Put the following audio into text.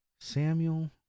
Samuel